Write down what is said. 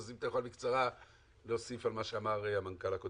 אז אם אתה יכול בקצרה להוסיף על מה שאמר המנכ"ל הקודם.